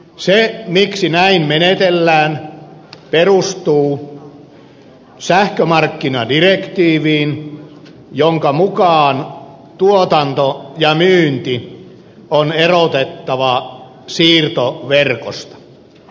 se miksi näin menetellään perustuu sähkömarkkinadirektiiviin jonka mukaan tuotanto ja myynti on erotettava siirtoverkkoyhtiöistä